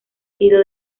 sido